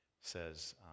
says